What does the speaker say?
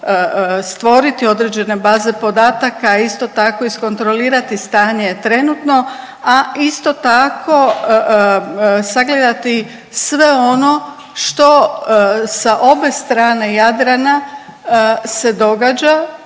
stvoriti određene baze podataka, a isto tako iskontrolirati stanje trenutno, a isto tako sagledati sve ono što sa obe strane Jadrana se događa